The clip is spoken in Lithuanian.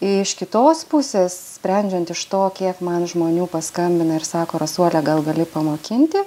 iš kitos pusės sprendžiant iš to kiek man žmonių paskambina ir sako rasuole gal gali pamokinti